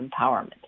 empowerment